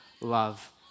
love